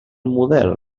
model